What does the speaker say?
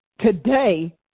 today